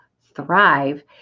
THRIVE